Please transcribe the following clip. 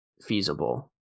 feasible